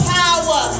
power